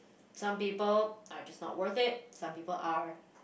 some people are just not worth it some people are